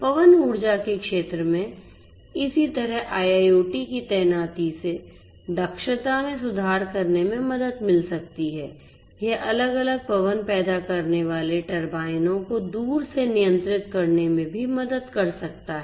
पवन ऊर्जा के क्षेत्र में इसी तरह IIoT की तैनाती से दक्षता में सुधार करने में मदद मिल सकती है यह अलग अलग पवन पैदा करने वाले टरबाइनों को दूर से नियंत्रित करने में भी मदद कर सकता है